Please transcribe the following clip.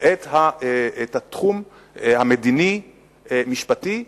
את התחום המדיני-משפטי,